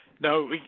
No